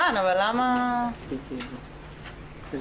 אדוני,